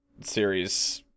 series